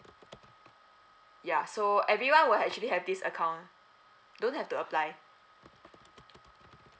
ya so everyone will actually have this account don't have to apply